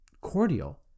cordial